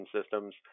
systems